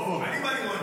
אני בא לראות.